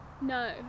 No